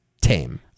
tame